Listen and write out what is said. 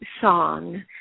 song